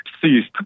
ceased